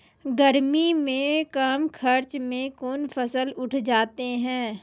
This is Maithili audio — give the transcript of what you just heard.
गर्मी मे कम खर्च मे कौन फसल उठ जाते हैं?